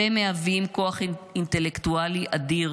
אתם מהווים כוח אינטלקטואלי אדיר,